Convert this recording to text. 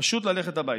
ללכת הביתה.